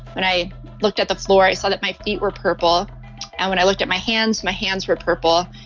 when i looked at the floor, i saw that my feet were purple and when i looked at my hands, my hands were purple.